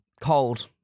cold